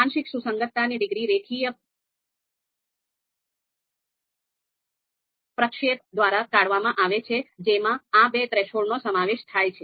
આંશિક સુસંગતતાની ડિગ્રી રેખીય પ્રક્ષેપ દ્વારા કાઢવામાં આવે છે જેમાં આ બે થ્રેશોલ્ડનો સમાવેશ થાય છે